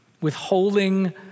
Withholding